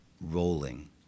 rolling